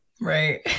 Right